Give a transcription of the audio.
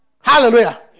Hallelujah